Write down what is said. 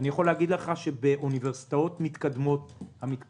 אני יכול להגיד לך שבאוניברסיטאות מתקדמות בארצות-הברית,